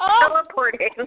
Teleporting